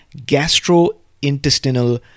gastrointestinal